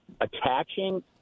attaching